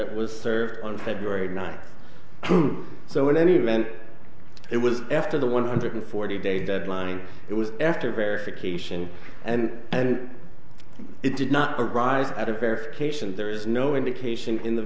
it was served on february ninth so in any event it was after the one hundred forty day deadline it was after verification and and it did not arise out of verification there is no indication in the